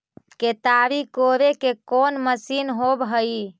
केताड़ी कोड़े के कोन मशीन होब हइ?